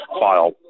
file